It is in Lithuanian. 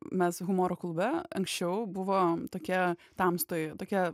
mes humoro klube anksčiau buvo tokia tamstoj tokia